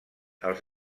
els